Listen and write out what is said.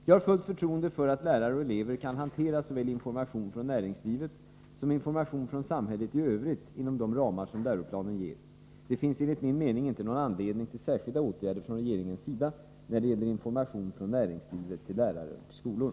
Jag har fullt förtroende för att lärare och elever kan hantera såväl information från näringslivet som information från samhället i övrigt inom de ramar som läroplanen ger. Det finns enligt min mening inte någon anledning till särskilda åtgärder från regeringens sida när det gäller information från näringslivet till lärare och skolor.